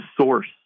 source